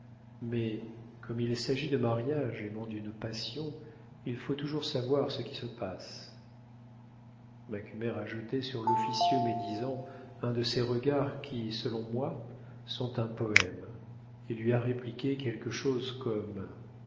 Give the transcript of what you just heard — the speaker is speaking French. mais comme il s'agit de mariage et non d'une passion il faut toujours savoir ce qui se passe macumer a jeté sur l'officieux médisant un de ces regards qui selon moi sont un poème et lui a répliqué quelque chose comme